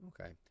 Okay